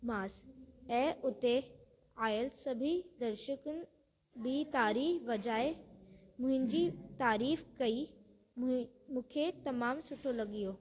मांसि ऐं उते आयल सभी दर्शकुनि बि ताड़ी वॼाए मुंहिंजी तारीफ़ कई मु मूंखे तमामु सुठो लॻियो